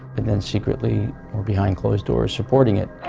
and then secretly or behind closed doors supporting it